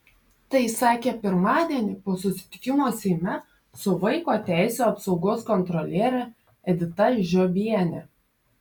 tai jis sakė pirmadienį po susitikimo seime su vaiko teisių apsaugos kontroliere edita žiobiene